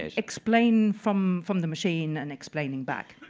ah explain from from the machine and explaining back.